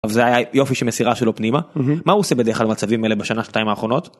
אבל זה היה יופי של מסירה שלו פנימה מה הוא עושה בדרך כלל במצבים אלה בשנה שתיים האחרונות.